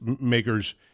makers